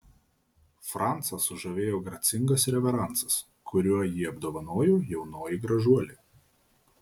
francą sužavėjo gracingas reveransas kuriuo jį apdovanojo jaunoji gražuolė